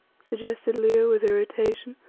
suggested leo with irritation,